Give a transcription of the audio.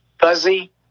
fuzzy